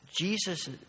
Jesus